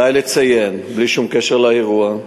עלי לציין, בלי שום קשר לאירוע,